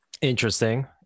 Interesting